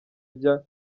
ujya